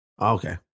Okay